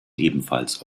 ebenfalls